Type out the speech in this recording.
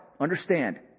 Understand